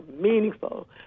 meaningful